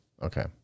Okay